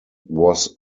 was